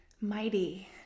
mighty